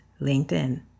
LinkedIn